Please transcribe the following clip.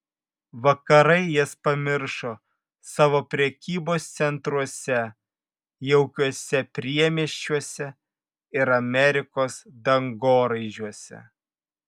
vakarai jas pamiršo savo prekybos centruose jaukiuose priemiesčiuose ir amerikos dangoraižiuose